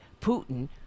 Putin